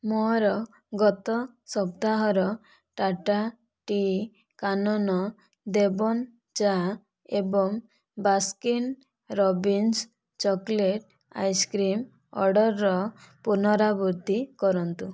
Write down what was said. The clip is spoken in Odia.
ମୋ'ର ଗତ ସପ୍ତାହର ଟାଟା ଟି କାନନ ଦେବନ୍ ଚା ଏବଂ ବାସ୍କିନ୍ ରବିନ୍ସ ଚକୋଲେଟ୍ ଆଇସ୍କ୍ରିମ୍ ଅର୍ଡ଼ର୍ର ପୁନରାବୃତ୍ତି କରନ୍ତୁ